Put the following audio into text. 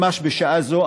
ממש בשעה זו,